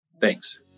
Thanks